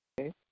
okay